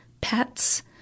pets